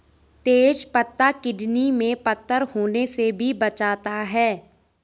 तेज पत्ता किडनी में पत्थर होने से भी बचाता है